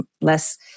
less